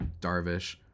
Darvish